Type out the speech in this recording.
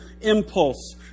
impulse